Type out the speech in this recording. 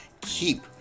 keep